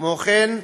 כמו כן,